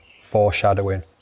Foreshadowing